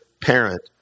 parent